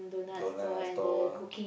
donut stall